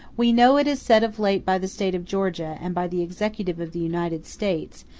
we know it is said of late by the state of georgia and by the executive of the united states,